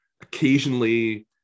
occasionally